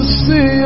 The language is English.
see